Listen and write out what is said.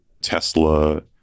tesla